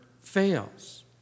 fails